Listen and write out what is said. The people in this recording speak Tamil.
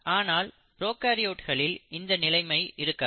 ஆனால் ப்ரோகாரியோட்களில் இந்த நிலைமை இருக்காது